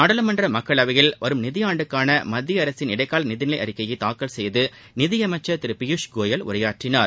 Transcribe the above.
நாடாளுமன்ற மக்களவையில் வரும் நிதி ஆண்டுக்கான மத்திய அரசின் இடைக்கால நிதி நிலை அறிக்கையை தாக்கல் செய்து நிதி அமைச்சர் திரு பியூஷ் கோயல் உரையாற்றினார்